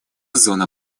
зона